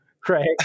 Craig